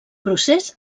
procés